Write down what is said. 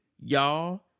y'all